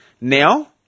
Now